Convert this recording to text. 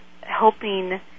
helping